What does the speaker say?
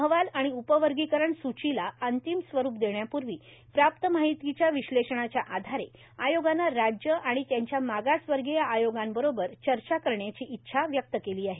अहवाल आणि उप वर्गीकरण सूचीला अंतिम स्वरुप देण्यापूर्वी प्राप्त माहितीच्या विश्लेषणाच्या आधारे आयोगानं राज्ये आणि त्यांच्या मागास वर्गीय आयोगांबरोबर चर्चा करण्याची इच्छा व्यक्त केली आहे